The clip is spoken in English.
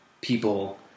people